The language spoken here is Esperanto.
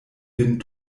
vin